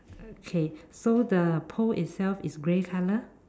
okay so the pole itself is grey color